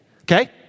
Okay